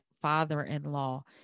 father-in-law